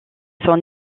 son